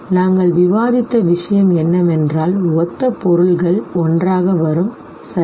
நாங்கள் விவாதித்த விஷயம் என்னவென்றால் ஒத்த பொருள்கள் ஒன்றாக வரும் சரி